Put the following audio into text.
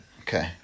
Okay